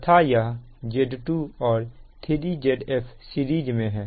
तथा यह Z2 और 3 Zf सीरीज में है